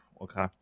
Okay